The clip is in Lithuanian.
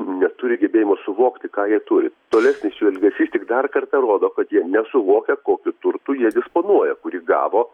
neturi gebėjimo suvokti ką jie turi tolesnis jų elgesys tik dar kartą rodo kad jie nesuvokia kokiu turtu jie disponuoja kurį gavo